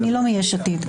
אני לא מיש עתיד.